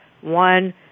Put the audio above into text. one